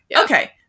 Okay